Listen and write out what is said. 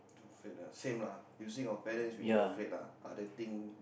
same lah using our parents we are afraid lah other thing